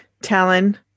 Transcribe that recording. Talon